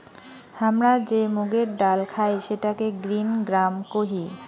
হামরা যে মুগের ডাল খাই সেটাকে গ্রিন গ্রাম কোহি